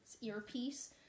earpiece